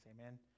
Amen